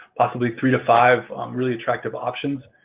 possibly three to five really attractive options,